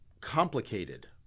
complicated